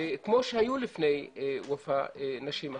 כמו שהיו לפני ופאא נשים אחרות.